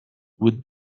would